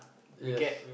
yes